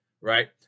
Right